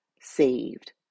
saved